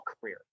career